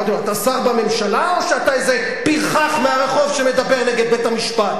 אמרתי לו: אתה שר בממשלה או שאתה איזה פרחח מהרחוב שמדבר נגד בית-המשפט?